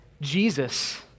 Jesus